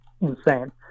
insane